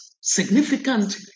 significant